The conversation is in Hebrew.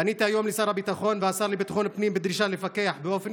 פניתי היום לשר הביטחון ולשר לביטחון הפנים בדרישה לפקח באופן